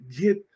get